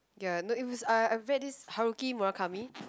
ya no it was uh I read this Haruki Murakami